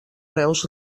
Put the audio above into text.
reus